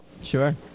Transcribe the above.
Sure